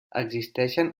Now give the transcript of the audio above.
existeixen